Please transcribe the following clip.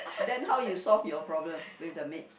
then how you solve your problem with the maid